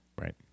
Right